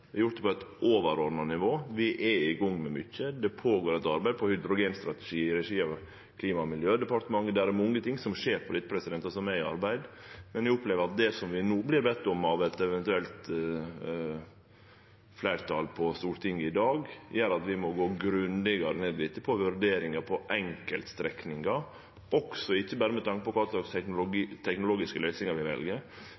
har gjort det på eit overordna nivå. Vi er i gang med mykje, det er eit arbeid med ein hydrogenstrategi i regi av Klima- og miljødepartementet. Det er mange ting som skjer på dette området, og som er under arbeid. Men eg opplever at det vi vert bedne om av eit eventuelt fleirtal på Stortinget i dag, gjer at vi må gå grundigare ned i dette, vurdere enkeltstrekningar, ikkje berre med tanke på kva for teknologiske løysingar vi vel, men også med tanke på kva